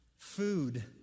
Food